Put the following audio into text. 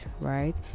right